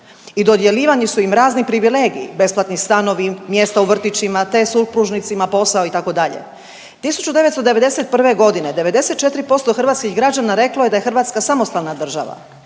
i dodjeljivani su im razni privilegiji, besplatni stanovi, mjesta u vrtićima te supružnicima posao itd., 1991.g. 94% hrvatskih građana reklo je da je Hrvatska samostalna država